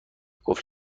قفل